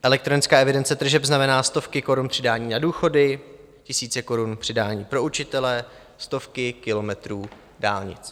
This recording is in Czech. Elektronická evidence tržeb znamená stovky korun přidání na důchody, tisíce korun přidání pro učitele, stovky kilometrů dálnic.